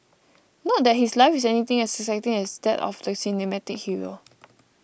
not that his life is anything as exciting as that of the cinematic hero